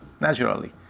naturally